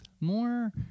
more